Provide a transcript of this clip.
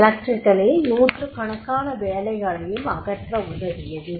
எலக்ட்ரிக்கலில் நூற்றுக்கணக்கான வேலைகளையும் அகற்ற உதவியது